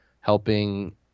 helping